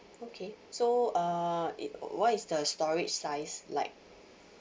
okay so uh it what is the storage size like